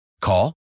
Call